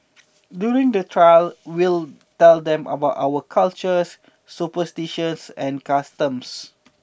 during the trail we'll tell them about our cultures superstitions and customs